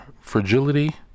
Fragility